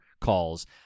Calls